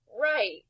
Right